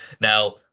Now